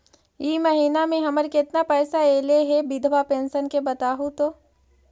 इ महिना मे हमर केतना पैसा ऐले हे बिधबा पेंसन के बताहु तो?